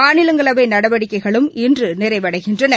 மாநிலங்களவை நடவடிக்கைகளும் இன்று நிறைவடைகின்றன